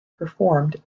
performed